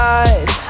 eyes